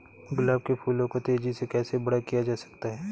गुलाब के फूलों को तेजी से कैसे बड़ा किया जा सकता है?